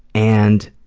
and